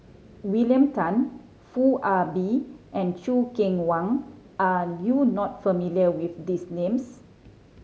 William Tan Foo Ah Bee and Choo Keng Kwang are you not familiar with these names